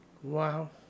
Wow